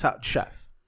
Chef